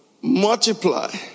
multiply